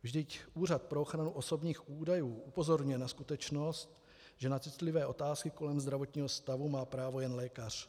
Vždyť Úřad pro ochranu osobních údajů upozorňuje na skutečnost, že na citlivé otázky kolem zdravotního stavu má právo jen lékař.